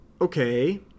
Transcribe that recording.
okay